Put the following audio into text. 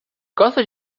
gosta